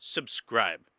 Subscribe